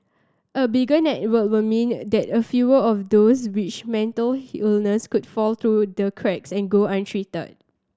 a bigger network will mean that a fewer of those which mental illness could fall through the cracks and go untreated